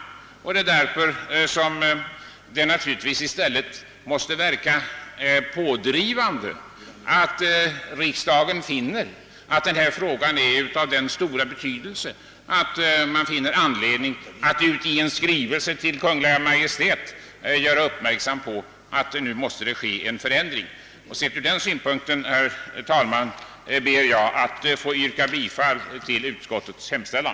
Därför måste det naturligtvis i stället verka pådrivande att riksdagen anser denna fråga ha så stor betydelse att man i en skrivelse till Kungl. Maj:t ger till känna att det nu måste åstadkommas en förändring. Från den utgångspunkten, herr talman, ber jag att få yrka bifall till utskottets hemställan.